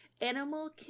animal